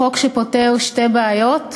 חוק שפותר שתי בעיות ובזריזות.